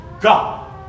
God